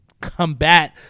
combat